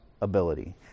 ability